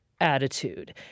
attitude